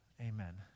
Amen